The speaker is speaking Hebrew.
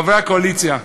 חברי הקואליציה,